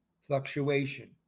fluctuation